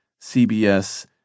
CBS